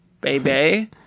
baby